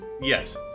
yes